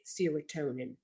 serotonin